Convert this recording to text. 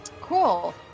Cool